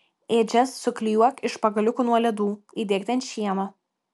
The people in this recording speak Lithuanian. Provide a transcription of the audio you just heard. ėdžias suklijuok iš pagaliukų nuo ledų įdėk ten šieno